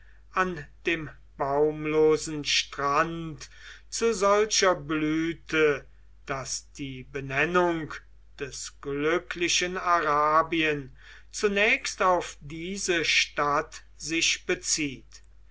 an dem baumlosen strand zu solcher blüte daß die benennung des glücklichen arabien zunächst auf diese stadt sich bezieht